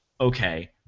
Okay